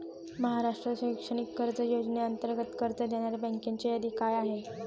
महाराष्ट्र शैक्षणिक कर्ज योजनेअंतर्गत कर्ज देणाऱ्या बँकांची यादी काय आहे?